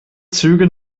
züge